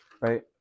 right